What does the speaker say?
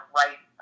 right